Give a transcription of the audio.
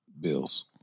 Bills